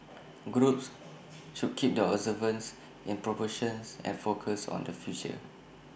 groups should keep their observances in proportions and focused on the future